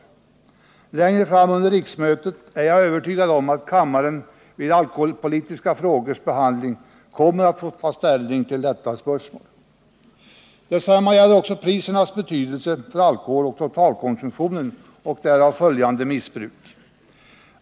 Jag är övertygad om att kammaren längre fram under riksmötet vid alkoholpolitiska frågors behandling kommer att få ta ställning till detta spörsmål. Detsamma gäller prisernas betydelse för alkoholoch tobakskonsumtionen och därav följande missbruk.